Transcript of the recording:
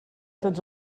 tots